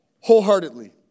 wholeheartedly